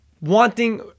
wanting